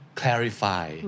clarify